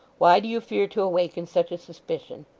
why do you fear to awaken such a suspicion?